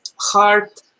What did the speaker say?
heart